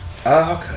okay